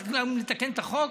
צריך לתקן את החוק,